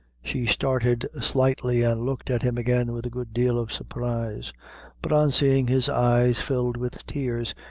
she started slightly, and looked at him again with a good deal of surprise but on seeing his eyes filled with tears,